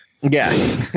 Yes